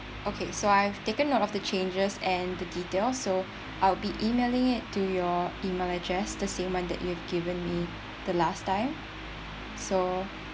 okay so I have taken note of the changes and the detail so I'll be emailing it to your email address the same one that you have given me the last time so